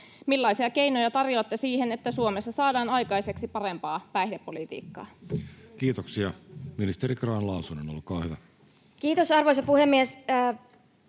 Millaisia keinoja tarjoatte siihen, että Suomessa saadaan aikaiseksi parempaa päihdepolitiikkaa? Kiitoksia. — Ministeri Grahn-Laasonen, olkaa hyvä. Kiitos, arvoisa puhemies!